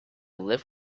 live